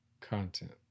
content